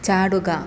ചാടുക